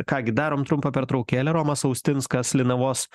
ką gi darom trumpą pertraukėlę romas austinskas linavos